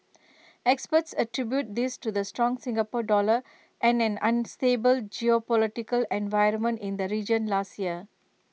experts attribute this to the strong Singapore dollar and an unstable geopolitical environment in the region last year